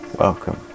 Welcome